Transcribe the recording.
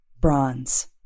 bronze